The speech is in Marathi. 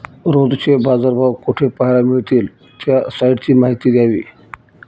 रोजचे बाजारभाव कोठे पहायला मिळतील? त्या साईटची माहिती द्यावी